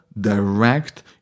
direct